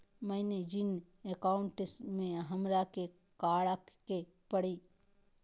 मैंने जिन अकाउंट में हमरा के काकड़ के परी?